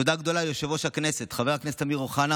תודה גדולה ליושב-ראש הכנסת חבר הכנסת אמיר אוחנה